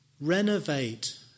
Renovate